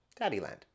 Daddyland